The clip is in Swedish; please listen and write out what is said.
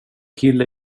kille